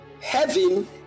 Heaven